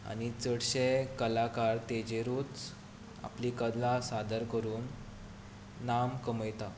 आनी चडशे कलाकार ताजेरूच आपली कला सादर करून नांव कमयता